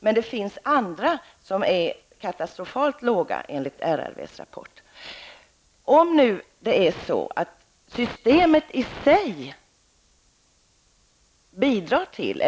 Men det finns andra utbildningar där kapacitetsutnyttjandet är katastrofalt lågt enligt RRVs rapport.